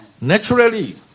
Naturally